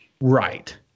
Right